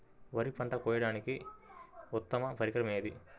వరి పంట కోయడానికి ఉత్తమ పరికరం ఏది?